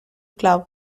club